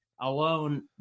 alone